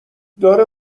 داره